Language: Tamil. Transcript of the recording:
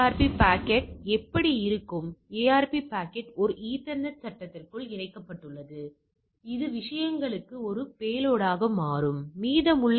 அதனால்தான் நீங்கள் இங்கே பார்த்தால் A மற்றும் B நீங்கள் சிறிய எண்ணைக் காணலாம் மற்றும் B இல் மிகப் பெரிய எண் சிறிய எண் மிகப் பெரிய எண்